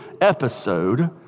episode